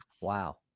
Wow